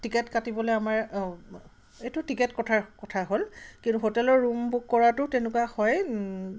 ticket কাটিবলৈ আমাৰ এইটো টিকেট কটাৰ কথা হ'ল কিন্তু হোটেলৰ ৰুম বুক কৰাতো তেনেকুৱা হয়